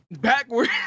backward